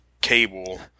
cable